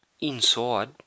inside